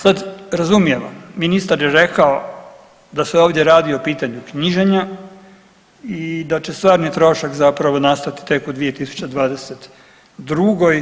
Sad razumijevam, ministar je rekao da se ovdje radi o pitanju knjiženja i da će stvarni trošak zapravo nastati tek u 2022.